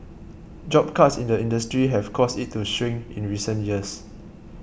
job cuts in the industry have caused it to shrink in recent years